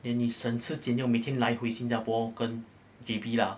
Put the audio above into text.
then 你省吃俭用每天来回新加坡跟 J_B 啦